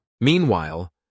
Meanwhile